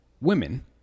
women